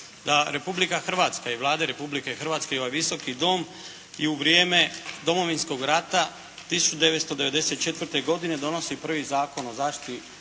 da Republika Hrvatska i vlade Republike Hrvatske i ovaj Visoki dom i u vrijeme Domovinskog rata 1994. godine donosi prvi Zakon o zaštiti